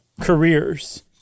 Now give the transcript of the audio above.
careers